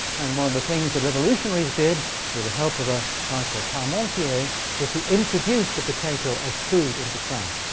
and one of the things the revolutionaries did with the help of a guy called parmantier was to introduce the potato as food into france.